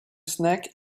snack